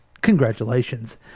Congratulations